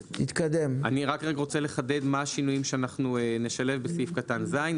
אני רוצה לחדד מה השינויים שנשלב בסעיף קטן (ז).